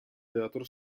teatro